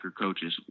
coaches